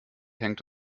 hängt